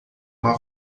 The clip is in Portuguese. uma